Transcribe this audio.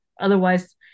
otherwise